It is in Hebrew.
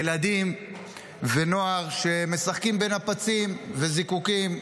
ילדים ונוער שמשחקים בנפצים וזיקוקים.